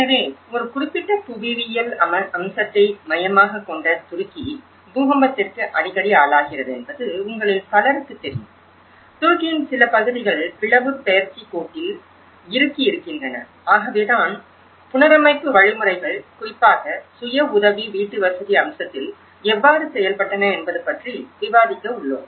எனவே ஒரு குறிப்பிட்ட புவியியல் அம்சத்தை மையமாகக் கொண்ட துருக்கி பூகம்பத்திற்கு அடிக்கடி ஆளாகிறது என்பது உங்களில் பலருக்குத் தெரியும் துருக்கியின் சில பகுதிகள் பிளவுப் பெயர்ச்சிக்கோட்டில் இறுக்கி இருக்கின்றன ஆகவேதான் புனரமைப்பு வழிமுறைகள் குறிப்பாக சுய உதவி வீட்டுவசதி அம்சத்தில் எவ்வாறு செயல்பட்டன என்பது பற்றி விவாதிக்க உள்ளோம்